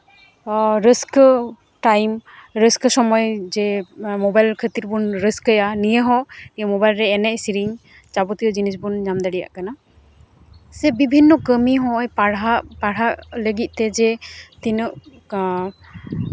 ᱦᱚᱸ ᱨᱟᱹᱥᱠᱟᱹ ᱴᱟᱭᱤᱢ ᱨᱟᱹᱥᱠᱟᱹ ᱥᱚᱢᱚᱭ ᱡᱮ ᱢᱳᱵᱟᱭᱤᱞ ᱠᱷᱟᱹᱛᱤᱨ ᱵᱚᱱ ᱨᱟᱹᱥᱠᱟᱹᱭᱟ ᱱᱤᱭᱟᱹ ᱦᱚᱸ ᱢᱳᱵᱟᱭᱤᱞ ᱨᱮ ᱮᱱᱮᱡ ᱥᱮᱨᱮᱧ ᱡᱟᱵᱚᱛᱚᱭᱚ ᱡᱤᱱᱤᱥ ᱵᱚᱱ ᱧᱟᱢ ᱫᱟᱮᱭᱟᱜ ᱠᱟᱱᱟ ᱥᱮ ᱵᱤᱵᱷᱤᱱᱱᱚ ᱠᱟᱹᱢᱤ ᱱᱚᱜᱼᱚᱸᱭ ᱯᱟᱲᱦᱟᱜ ᱯᱟᱲᱦᱟᱜ ᱞᱟᱹᱜᱤᱫ ᱛᱮ ᱡᱮ ᱛᱤᱱᱟᱹᱜ ᱜᱟᱱ